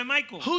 Michael